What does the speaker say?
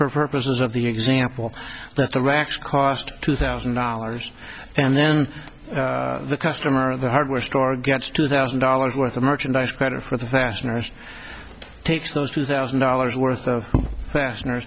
purposes of the example that the racks cost two thousand dollars and then the customer at the hardware store gets two thousand dollars worth of merchandise credit for the fasteners takes those two thousand dollars worth of fas